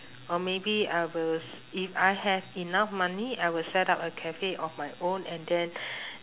or maybe I will s~ if I have enough money I will set up a cafe of my own and then